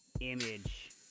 image